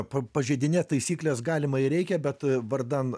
pa pažeidinėt taisykles galima ir reikia bet vardan